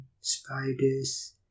spiders